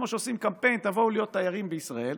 כמו שעושים קמפיין: תבואו להיות תיירים בישראל,